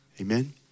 Amen